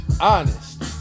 honest